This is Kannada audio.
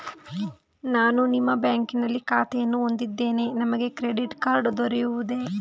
ನಾನು ನಿಮ್ಮ ಬ್ಯಾಂಕಿನಲ್ಲಿ ಖಾತೆಯನ್ನು ಹೊಂದಿದ್ದೇನೆ ನನಗೆ ಕ್ರೆಡಿಟ್ ಕಾರ್ಡ್ ದೊರೆಯುವುದೇ?